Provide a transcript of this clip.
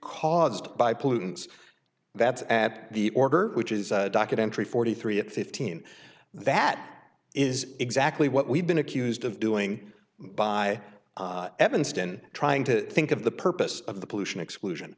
caused by pollutants that at the order which is documentary forty three at fifteen that is exactly what we've been accused of doing by evanston trying to think of the purpose of the pollution exclusion